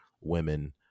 women